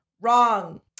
Wrong